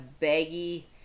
baggy